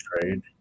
trade